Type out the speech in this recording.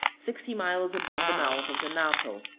sixty miles above the mouth of the napo.